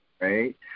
right